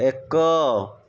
ଏକ